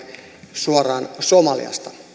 suoraan somaliasta